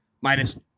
minus